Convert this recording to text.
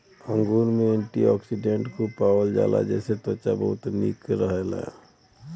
अंगूर में एंटीओक्सिडेंट खूब पावल जाला जेसे त्वचा बहुते निक रहेला